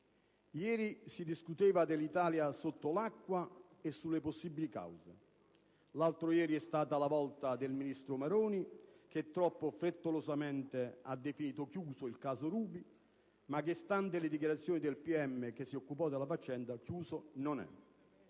Ieri si discuteva dell'Italia sotto l'acqua e sulle possibili cause. L'altro ieri è stata la volta del ministro Maroni che troppo frettolosamente ha definito chiuso il caso Ruby ma che, stando alle dichiarazioni del pubblico ministero che si occupò della faccenda, chiuso non è.